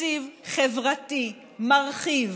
תקציב חברתי מרחיב,